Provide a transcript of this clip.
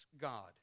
God